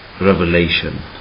revelation